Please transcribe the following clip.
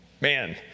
man